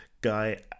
guy